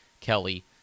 Kelly